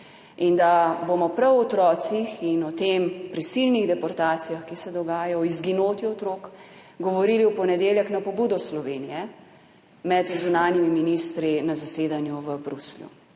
In da bomo prav o otrocih in o teh prisilnih deportacijah, ki se dogajajo, o izginotju otrok, govorili v ponedeljek na pobudo Slovenije med zunanjimi ministri na zasedanju v Bruslju.